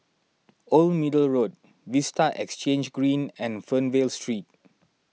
Old Middle Road Vista Exhange Green and Fernvale Street